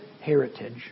heritage